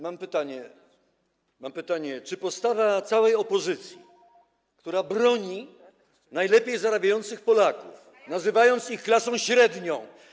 Mam pytanie: Czy postawa całej opozycji, która broni najlepiej zarabiających Polaków, nazywając ich klasą średnią.